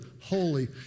holy